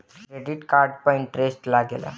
Credit card पर interest लागेला?